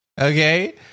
Okay